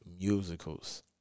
musicals